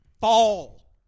fall